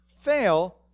fail